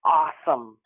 awesome